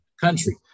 country